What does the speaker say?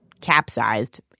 capsized